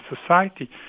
society